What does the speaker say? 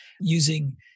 using